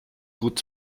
gut